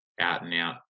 out-and-out